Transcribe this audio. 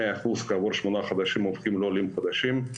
100% כעבור 8 חודשים הופכים לעולים חדשים.